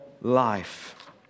life